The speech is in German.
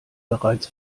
bereits